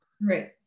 right